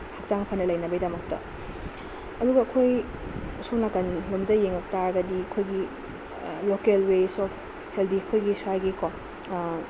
ꯍꯛꯆꯥꯡ ꯐꯅ ꯂꯩꯅꯕꯒꯤ ꯗꯃꯛꯇ ꯑꯗꯨꯒ ꯑꯩꯈꯣꯏ ꯁꯣꯝꯅꯥꯀꯟ ꯂꯣꯝꯗ ꯌꯦꯡꯉꯛꯄ ꯇꯔꯒꯗꯤ ꯑꯩꯈꯣꯏꯒꯤ ꯂꯣꯀꯦꯜ ꯋꯦꯁ ꯑꯣꯐ ꯍꯦꯜꯗꯤ ꯑꯩꯈꯣꯏꯒꯤ ꯁ꯭ꯋꯥꯏꯒꯤ ꯀꯣ